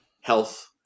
health